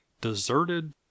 deserted